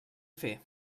fer